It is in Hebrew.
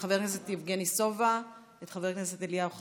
חבר הכנסת יבגני סובה, את חבר הכנסת אליהו חסיד,